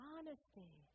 Honesty